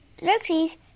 Xerxes